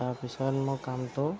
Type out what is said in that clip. তাৰপিছত মই কামটো